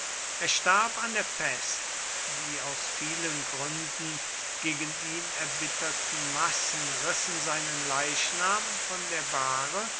er starb an der pest die aus vielen gründen gegen ihn erbitterten massen rissen seinen leichnam von der bahre